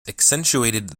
accentuated